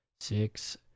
six